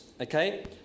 okay